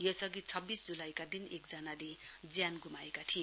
यसअधि छब्बीस ज्लाईका दिन एकजनाले ज्यान ग्माएका थिए